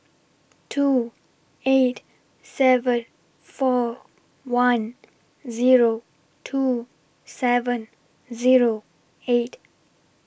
two eight seven four one Zero two seven Zero eight